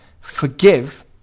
forgive